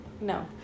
no